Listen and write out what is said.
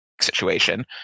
situation